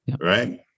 right